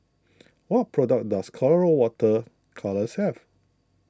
what products does Colora Water Colours have